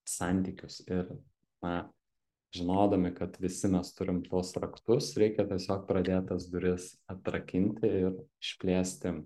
santykius ir na žinodami kad visi mes turim tuos raktus reikia tiesiog pradėt tas duris atrakinti ir išplėsti